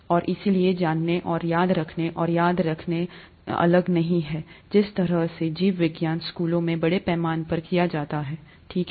और इसलिए जानने और याद रखना और याद रखना अलग नहीं है जिस तरह से जीव विज्ञान स्कूलों में बड़े पैमाने पर किया जाता है ठीक है